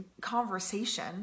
conversation